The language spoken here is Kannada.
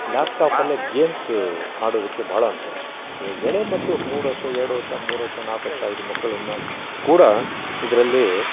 ಲ್ಯಾಪ್ ಟಾಪಲ್ಲೇ ಗೇಮ್ಸ್ ಆಡೋದಕ್ಕೆ ಭಾಳ ಅನುಕೂಲ ಈ ಎಳೆ ಮಕ್ಕಳು ಮೂರು ವರ್ಷ ಎರ್ಡು ವರ್ಷ ಮೂರು ವರ್ಷ ನಾಲ್ಕು ವರ್ಷ ಐದು ಮಕ್ಕಳು ಮ ಕೂಡ ಇದರಲ್ಲಿ